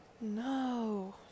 No